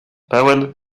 pełen